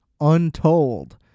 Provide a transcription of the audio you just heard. Untold